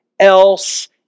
Else